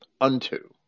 unto